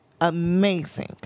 amazing